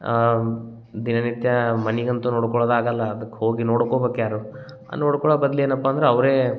ದಿನನಿತ್ಯಾ ಮನಿಗಂತು ನೋಡ್ಕೊಳೋದ ಆಗಲ್ಲ ಅದಕ್ಕೆ ಹೋಗಿ ನೋಡ್ಕೊಬೇಕು ಯಾರು ನೋಡ್ಕೊಳ ಬದ್ಲ ಏನಪ್ಪ ಅಂದ್ರ ಅವರೇ